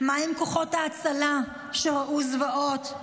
מה עם כוחות ההצלה שראו זוועות?